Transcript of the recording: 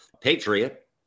patriot